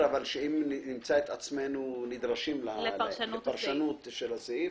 שאם נמצא את עצמנו נדרשים לפרשנות הסעיף,